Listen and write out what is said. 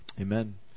Amen